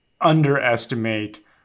underestimate